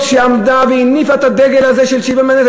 שעמדה והניפה את הדגל הזה של שוויון בנטל,